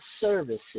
services